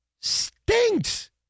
Stinks